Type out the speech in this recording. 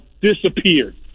disappeared